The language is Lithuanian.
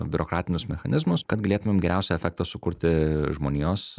biurokratinius mechanizmus kad galėtumėm geriausią efektą sukurti žmonijos